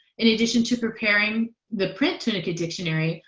in addition to preparing the print tunica dictionary,